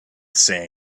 say